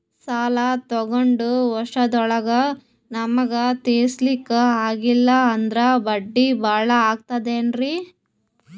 ಸಾಲ ತೊಗೊಂಡು ವರ್ಷದೋಳಗ ನಮಗೆ ತೀರಿಸ್ಲಿಕಾ ಆಗಿಲ್ಲಾ ಅಂದ್ರ ಬಡ್ಡಿ ಬಹಳಾ ಆಗತಿರೆನ್ರಿ?